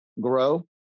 grow